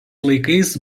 laikais